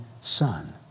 son